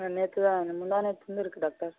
ஆ நேற்று தான் முந்தா நேத்துலந்து இருக்கு டாக்டர்